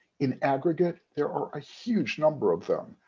in aggregate, there are a huge number of them,